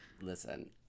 Listen